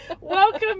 Welcome